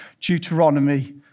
Deuteronomy